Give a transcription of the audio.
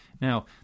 Now